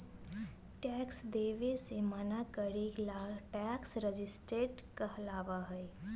tax देवे से मना करे ला टैक्स रेजिस्टेंस कहलाबा हई